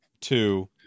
two